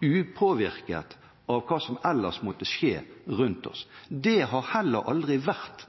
upåvirket av hva som ellers måtte skje rundt oss. Det har heller aldri vært